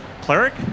cleric